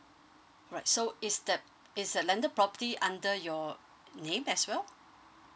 right so is that is that landed property under your name as well